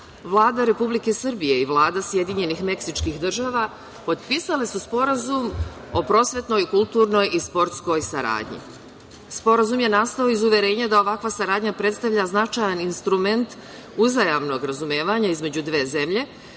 Vlada Republike Srbije i Vlada Sjedinjenih Meksičkih Država potpisale su Sporazum o prosvetnoj, kulturnoj i sportskoj saradnji. Sporazum je nastao iz uverenja da ovakva saradnja predstavlja značajan instrument uzajamnog razumevanja između dve zemlje,